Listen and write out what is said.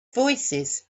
voicesand